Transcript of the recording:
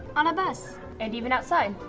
on a bus. and even outside.